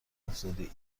افتادی